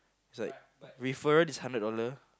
is like referral is hundred dollar